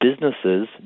businesses